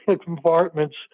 compartments